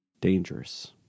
dangerous